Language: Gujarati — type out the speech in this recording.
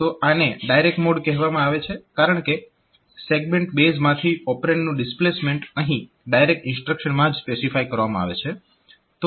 તો આને ડાયરેક્ટ મોડ કહેવામાં આવે છે કારણકે સેગમેન્ટ બેઝમાંથી ઓપરેન્ડનું ડિસ્પ્લેસમેન્ટ અહીં ડાયરેક્ટ ઇન્સ્ટ્રક્શનમાં જ સ્પેસિફાય કરવામાં આવે છે